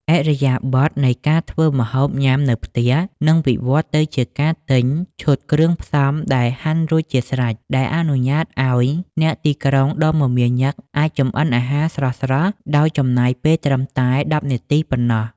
ឥរិយាបថនៃការធ្វើម្ហូបញ៉ាំនៅផ្ទះនឹងវិវត្តទៅជាការទិញ "ឈុតគ្រឿងផ្សំដែលហាន់រួចជាស្រេច" ដែលអនុញ្ញាតឱ្យអ្នកទីក្រុងដ៏មមាញឹកអាចចម្អិនអាហារស្រស់ៗដោយចំណាយពេលត្រឹមតែ ១០ នាទីប៉ុណ្ណោះ។